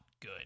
good